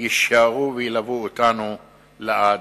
יישארו וילוו אותנו לעד,